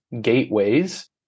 gateways